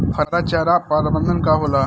हरा चारा प्रबंधन का होला?